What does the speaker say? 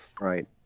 right